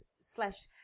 slash